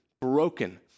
broken